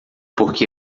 porque